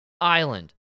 island